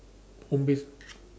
home based